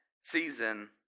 season